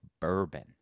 bourbon